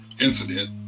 incident